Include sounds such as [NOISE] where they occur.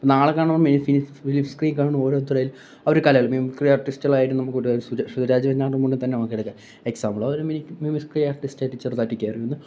നാളെ കാണുമ്പോൾ ഫിലിം സ്ക്രീനിൽ കാണുന്ന ഓരോരുത്തരെയും അവർ കലകൾ മിമിക്രി ആർട്ടിസ്റ്റുകൾ ആയിരുന്നു [UNINTELLIGIBLE] സുരാജ് വെഞ്ഞാറമൂടിനെ തന്നെ നമുക്ക് എടുക്കാം എക്സാമ്പിൾ ഒരു മിമിസ്ക്രി ആർട്ടിസ്റ്റ് ആയിട്ട് ചെറുതായിട്ട് നിൽക്കുകയായിരുന്നു